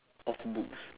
of books